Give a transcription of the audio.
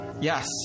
Yes